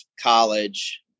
college